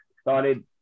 started